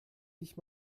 dich